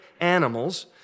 animals